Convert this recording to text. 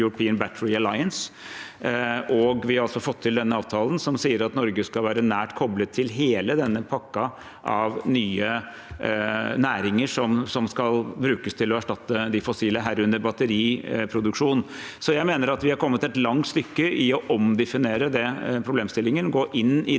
og fått denne avtalen, som sier at Norge skal være nært koblet til hele denne pakken av nye næringer som skal brukes til å erstatte de fossile, herunder batteriproduksjon. Så jeg mener at vi har kommet et langt stykke i å omdefinere den problemstillingen og gå inn i de